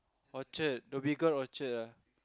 Orchard Dhoby-Ghaut Orchard ah